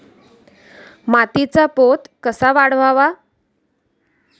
मातीचा पोत कसा वाढवावा?